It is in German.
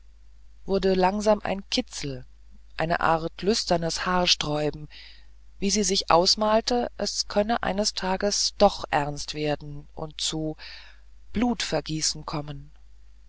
wurde langsam ein kitzel eine art lüsternes haarsträuben wie sie sich ausmalte es könnte eines tages doch ernst werden und zu blutvergießen kommen